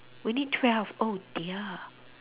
we need twelve oh dear